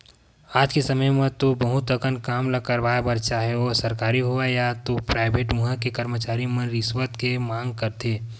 आज के समे म तो बहुत अकन काम ल करवाय बर चाहे ओ सरकारी होवय ते पराइवेट उहां के करमचारी मन रिस्वत के मांग करथे